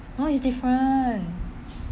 no is different